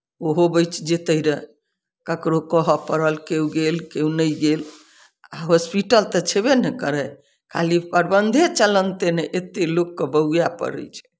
ओहो बचि जयतै रहए ककरो कहय पड़ल केओ गेल केओ नहि गेल आ हॉस्पिटल तऽ छेबे ने करय खाली प्रबन्धे चलन्ते ने एतएक लोककेँ बौआए पड़ै छै